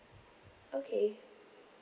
okay